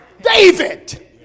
David